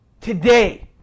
today